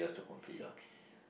six